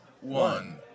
one